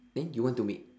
then you want to make